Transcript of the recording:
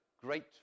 great